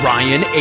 Ryan